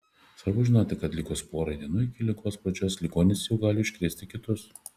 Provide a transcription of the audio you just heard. svarbu žinoti kad likus porai dienų iki ligos pradžios ligonis jau gali užkrėsti kitus